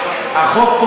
זה קשור, אני אסביר.